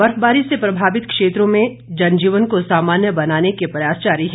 बर्फबारी से प्रभावित क्षेत्रों में जनजीवन को सामान्य बनाने के प्रयास जारी है